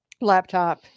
laptop